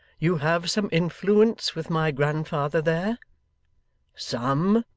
you have some influence with my grandfather there some,